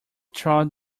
trod